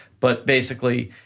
but basically,